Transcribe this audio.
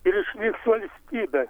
ir išliks valstybė